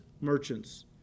merchants